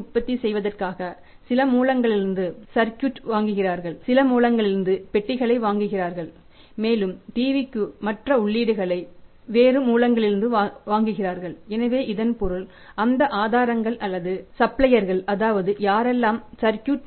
உற்பத்தி செய்வதற்காக சில மூலங்களிலிருந்து சர்க்யூட்